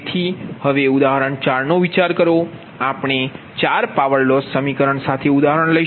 તેથી હવે ઉદાહરણ 4 નો વિચાર કરો આપણે 4 પાવર લોસ સમીકરણ સાથે ઉદાહરણ લઈશું